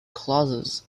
clauses